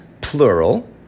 plural